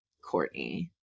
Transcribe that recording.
Courtney